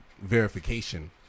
verification